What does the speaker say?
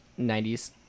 90s